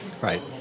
Right